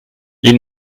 ils